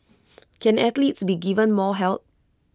can athletes be given more help